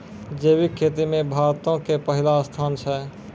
जैविक खेती मे भारतो के पहिला स्थान छै